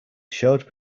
showed